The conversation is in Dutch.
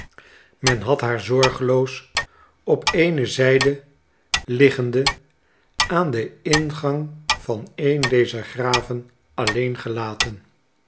men had haar zorgeloos op eene zijde liggende aan den ingang van een dezer graven alleen gelaten